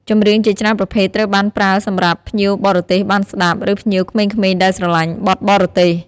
ចម្រៀងជាច្រើនប្រភេទត្រូវបានប្រើសម្រាប់ភ្ញៀវបរទេសបានស្តាប់ ឬភ្ញៀវក្មេងៗដែលស្រលាញ់បទបរទេស។